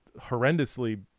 horrendously